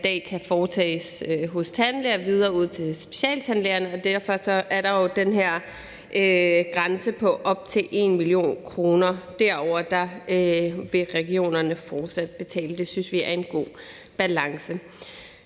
dag foretages hos en tandlæge, videre ud til specialtandlægerne. Derfor er der jo den her grænse på op til 1 mio. kr. Beløb derover vil regionerne fortsat betale; det synes vi er en god balance.